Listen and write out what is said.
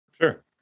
Sure